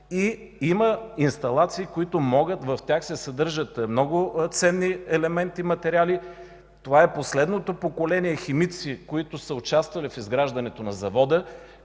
Има инсталации, в които се съдържат много ценни елементи и материали. Това е последното поколение химици, които са участвали в изграждането на завода,